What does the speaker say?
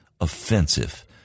offensive